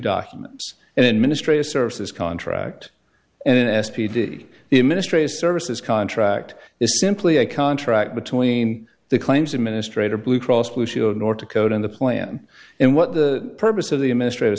documents and administrative services contract and in s p d the administrators services contract is simply a contract between the claims administrator blue cross blue shield of north dakota in the plan and what the purpose of the administrators